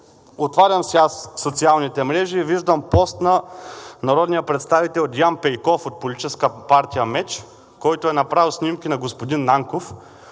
Отварям си аз социалните мрежи и виждам пост на народния представител Деян Петков от Политическа партия МЕЧ, който е направил снимки на господин Нанков,